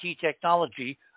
technology